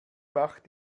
macht